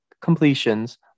completions